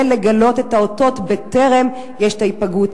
ולגלות את האותות בטרם יש היפגעות.